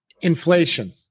Inflation